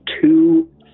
two